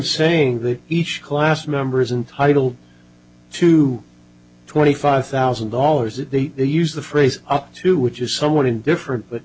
saying that each class members entitle to twenty five thousand dollars if they use the phrase up to which is someone indifferent but